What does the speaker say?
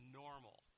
normal